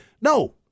No